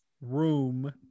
room